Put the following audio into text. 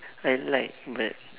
I like that